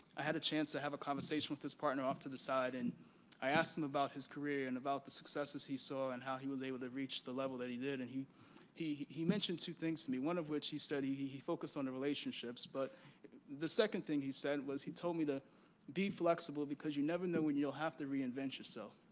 i had a chance to have a conversation with this partner off to the side. and i asked him about his career and about the successes he saw and how he was able to reach the level that he did. and he he mentioned two things to me. one of which, he said he he focused on the relationships. but the second thing he said was he told me to be flexible because you never know when you'll have to reinvent yourself.